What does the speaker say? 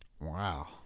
Wow